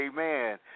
Amen